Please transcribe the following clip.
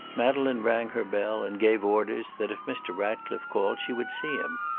madeleine rang her bell and gave orders that, if mr. ratcliffe called she would see him,